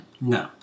No